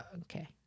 Okay